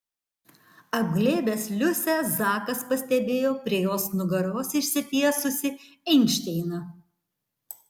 apglėbęs liusę zakas pastebėjo prie jos nugaros išsitiesusį einšteiną